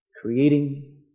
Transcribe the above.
creating